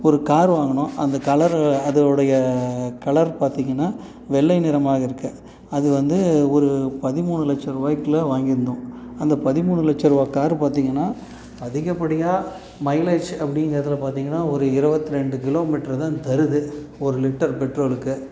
ஒரு கார் வாங்கினோம் அந்த கலர் அதை உடைய கலர் பார்த்தீங்கன்னா வெள்ளை நிறமாக இருக்குது அது வந்து ஒரு பதிமூணு லட்சம் ரூபாயிக்குல வாங்கியிருந்தோம் அந்த பதிமூணு லட்ச ரூபா கார் பார்த்தீங்கன்னா அதிகபடியாக மைலேஜ் அப்படிங்கிறதுல பார்த்தீங்கன்னா ஒரு இருவத்தி ரெண்டு கிலோமீட்டர் தான் தருது ஒரு லிட்டர் பெட்ரோலுக்கு